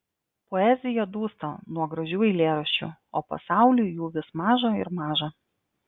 poezija dūsta nuo gražių eilėraščių o pasauliui jų vis maža ir maža